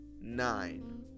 nine